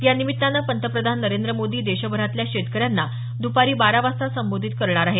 यानिमित्तानं पंतप्रधान नरेंद्र मोदी देशभरातल्या शेतकऱ्यांना दपारी बारा वाजता संबोधित करणार आहेत